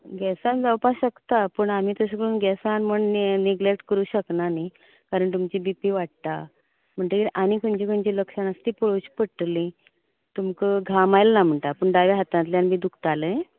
गॅसान जावपा शकता पूण आमी तशें गॅसान म्हूण नीय निग्लॅक्ट करूंक शकना नी कारण तुमची बी पी वाडटा म्हण्टेकीर आनी खंयची खंयची लक्षणां ती पळोवची पडटली तुमका घाम आयलोना म्हण्टा पूण दाव्या हातांतल्यान बी दुखतालें